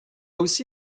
aussi